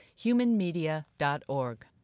humanmedia.org